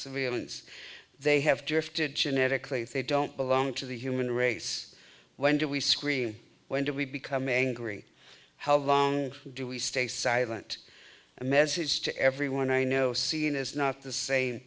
civilians they have just had genetically they don't belong to the human race when do we scream when do we become angry how long do we stay silent a message to everyone i know seeing is not the same